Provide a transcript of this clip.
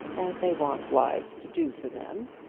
as they want wives to do for them.